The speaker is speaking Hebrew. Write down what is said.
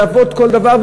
ללוות כל דבר,